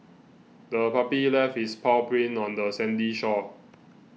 the puppy left its paw prints on the sandy shore